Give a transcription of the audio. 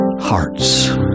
hearts